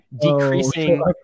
decreasing